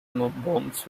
bombs